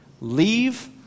leave